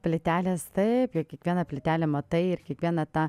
plytelės taip jau kiekvieną plytelę matai ir kiekvieną tą